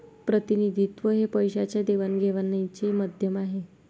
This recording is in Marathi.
प्रतिनिधित्व हे पैशाच्या देवाणघेवाणीचे माध्यम आहे